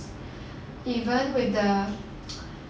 even with the